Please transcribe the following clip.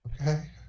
Okay